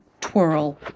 twirl